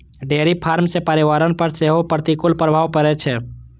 dairy farm सं पर्यावरण पर सेहो प्रतिकूल प्रभाव पड़ै छै